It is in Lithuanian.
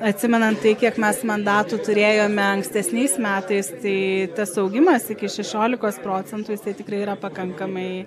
atsimenam tai kiek mes mandatų turėjome ankstesniais metais tai tas augimas iki šešiolikos procentų jisai tikrai yra pakankamai